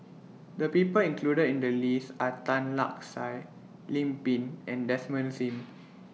The People included in The list Are Tan Lark Sye Lim Pin and Desmond SIM